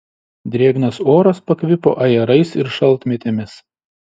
drėgnas oras pakvipo ajerais ir šaltmėtėmis